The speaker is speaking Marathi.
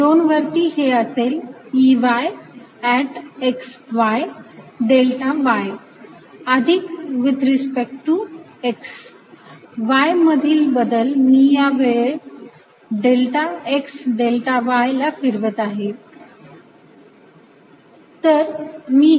2 वरती हे असेल Ey X Y delta y अधिक with respect to x y मधील बदल गुणिले डेल्टा x डेल्टा y ला फिरवत आहे